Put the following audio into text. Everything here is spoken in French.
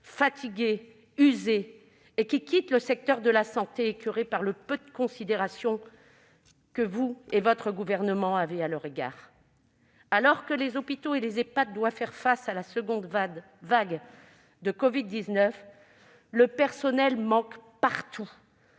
fatigués, usés, et qui quittent le secteur de la santé, écoeurés du peu de considération que vous et votre gouvernement leur témoignez. Alors que les hôpitaux et les Ehpad doivent faire face à la seconde vague de covid-19, le personnel manque partout.